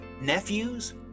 nephews